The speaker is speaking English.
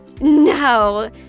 No